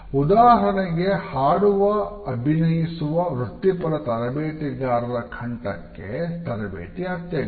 ಉದಾಹರಣೆಗೆ ಹಾಡುವ ಅಭಿನಯಿಸುವ ವೃತ್ತಿಪರ ತರಬೇತಿಗಾರರ ಕಂಠಕ್ಕೆ ತರಬೇತಿ ಅತ್ಯಗತ್ಯ